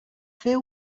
fer